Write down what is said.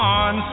on